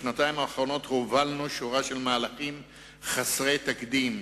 בשנתיים האחרונות הובלנו שורה של מהלכים חסרי תקדים,